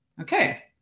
Okay